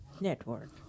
Network